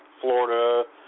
Florida